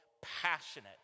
passionate